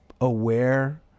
aware